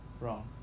wrong